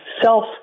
self